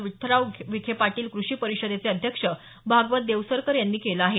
विठ्ठलराव विखे पाटील कृषी परिषदेचे अध्यक्ष भागवत देवसरकर यांनी केलं आहे